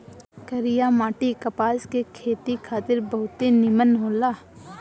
करिया माटी कपास के खेती खातिर बहुते निमन होला